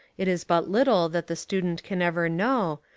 it is but little that the student can ever know,